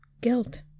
guilt